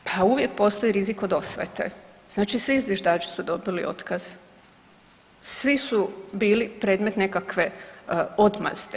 Pa uvijek postoji rizik od osvete, znači svi zviždači su dobili otkaz, svi su bili predmet nekakve odmazde.